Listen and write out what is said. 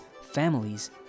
families